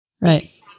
Right